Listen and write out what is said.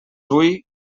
hui